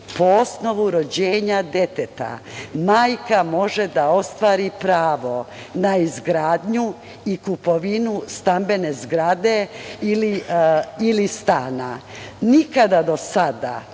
po osnovu rođenja deteta, majka može da ostvari pravo na izgradnju i kupovinu stambene zgrade ili stana. Nikada do sada,